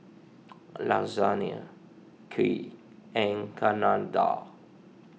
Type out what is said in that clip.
Lasagna Kheer and Chana Dal